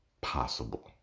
possible